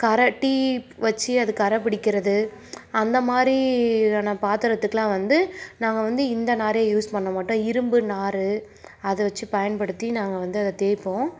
கறை டீ வச்சு அது கறை பிடிக்கிறது அந்த மாதிரியான பாத்திரத்துக்குலாம் வந்து நாங்கள் வந்து இந்த நாரே யூஸ் பண்ண மாட்டோம் இரும்பு நார் அதை வச்சு பயன்படுத்தி நாங்கள் வந்து தேய்ப்போம்